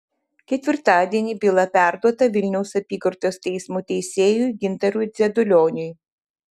ketvirtadienį byla perduota vilniaus apygardos teismo teisėjui gintarui dzedulioniui